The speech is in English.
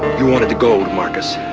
you wanted the gold, marcus.